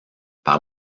par